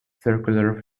circular